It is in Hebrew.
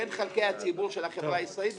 בין חלקי הציבור של החברה הישראלית,